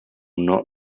not